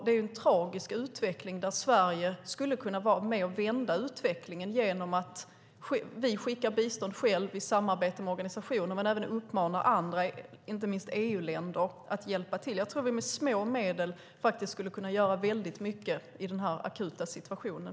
Det är en tragisk utveckling där Sverige kan vara med och vända utvecklingen genom att vi skickar bistånd i samarbete med organisationer och att vi uppmanar andra, inte minst EU-länder, att hjälpa till. Vi kan med små medel göra mycket i den akuta situationen.